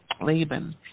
Laban